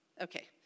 Okay